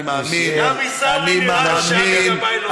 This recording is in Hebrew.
אני מאמין, גם עיסאווי נראה לו שאבי גבאי לא יהיה.